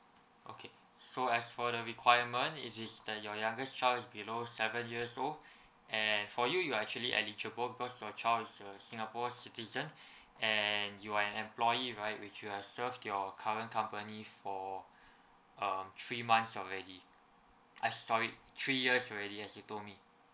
okay so as for the requirement if this the your youngest child is below seven years old and for you you are actually eligible because your child is a singapore citizen and you are an employee right which you have served your current company for um three months already eh sorry three years already yes you told me